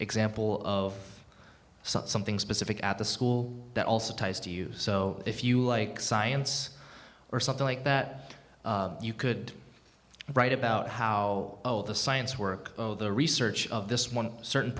example of something specific at the school that also ties to you so if you like science or something like that you could write about how the science work the research of this one certain